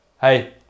Hey